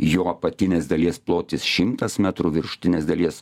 jo apatinės dalies plotis šimtas metrų viršutinės dalies